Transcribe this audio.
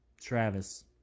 Travis